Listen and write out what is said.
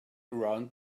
around